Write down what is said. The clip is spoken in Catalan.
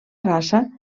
raça